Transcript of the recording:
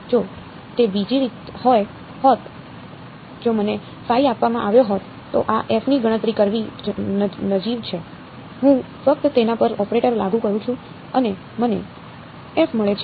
જો તે બીજી રીતે હોત જો મને આપવામાં આવ્યો હોત તો આ f ની ગણતરી કરવી નજીવી છે હું ફક્ત તેના પર ઓપરેટર લાગુ કરું છું અને મને f મળે છે